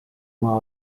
maa